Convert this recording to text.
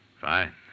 Fine